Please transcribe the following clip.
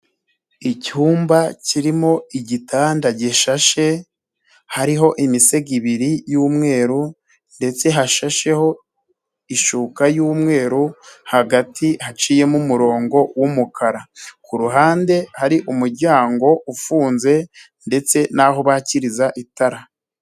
Icyumba kirimo igitanda gishashe, hariho imisego ibiri y'mweru, ndetse hashasheho ishuka y'umweru, hagati haciyemo umurongo wumukara. Kuhande hari umuryango ufunze, ndetse n'aho bakiriza itara.